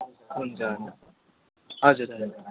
हुन्छ हुन्छ हजुर हजुर